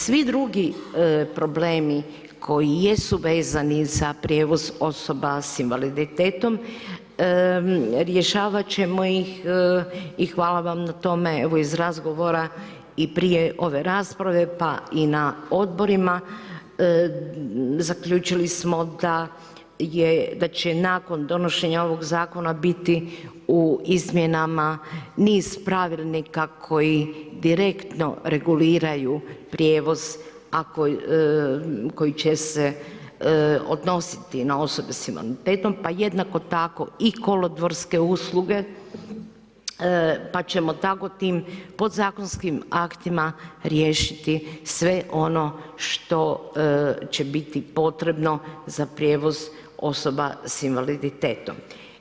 Svi drugi problemi koji jesu vezani za prijevoz osoba s invaliditetom rješavat ćemo ih i hvala vam na tome, evo iz razgovara i prije ove rasprave pa i na odborima, zaključili smo da će nakon donošenja ovog zakona biti u izmjenama niz pravilnika koji direktno reguliraju prijevoz, a koji će se odnositi na osobe s invaliditetom, pa jednako tako i kolodvorske usluge pa ćemo tako tim podzakonskim aktima riješiti sve ono što će biti potrebno za prijevoz osoba sa invaliditetom.